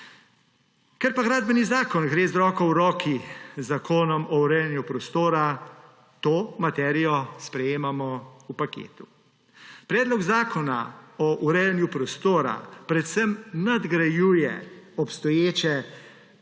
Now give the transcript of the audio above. Ker pa gre gradbeni zakon z roko v roki z zakonom o urejanju prostora, to materijo sprejemamo v paketu. Predlog zakona o urejanju prostora predvsem nadgrajuje obstoječa